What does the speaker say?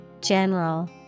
general